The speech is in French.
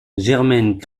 germaine